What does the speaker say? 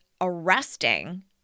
arresting